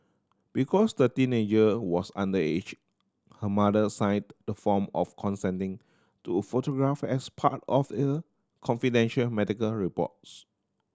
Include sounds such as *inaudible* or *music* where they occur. because the teenager was underage her mother signed the form of consenting to photograph as part of *unintelligible* confidential medical reports